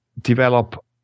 develop